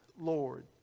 Lord